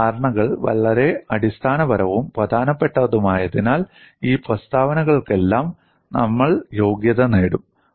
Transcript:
ഈ ധാരണകൾ വളരെ അടിസ്ഥാനപരവും പ്രധാനപ്പെട്ടതുമായതിനാൽ ഈ പ്രസ്താവനകൾക്കെല്ലാം നമ്മൾ യോഗ്യത നേടും